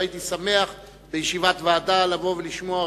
והייתי שמח בישיבת ועדה לבוא ולשמוע,